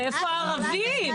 ואיפה הערבים?